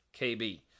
KB